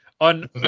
On